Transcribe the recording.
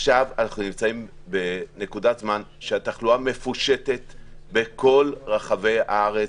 עכשיו אנחנו נמצאים בנקודת זמן שהתחלואה מפושטת בכל רחבי הארץ,